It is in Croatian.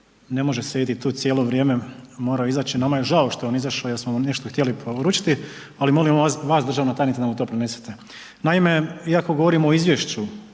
ne može sjediti tu cijelo vrijeme, morao je izaći. Nama je žao što je on izašao jel smo mu nešto htjeli poručiti, ali molim vas državna tajnice da mu to prenesete. Naime, iako govorimo o izvješću